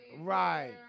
Right